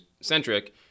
centric